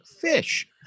Fish